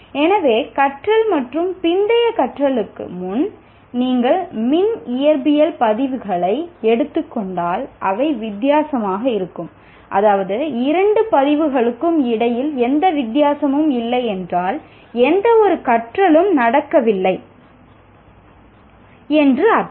எனவே கற்றலுக்கு முன்னரும் கற்றலுக்கு பின்னும் நீங்கள் மின் இயற்பியல் பதிவுகளை எடுத்துக் கொண்டால் அவை வித்தியாசமாக இருக்கும் அதாவது இரண்டு பதிவுகளுக்கும் இடையில் எந்த வித்தியாசமும் இல்லை என்றால் எந்தவொரு கற்றலும் நடக்கவில்லை என்று அர்த்தம்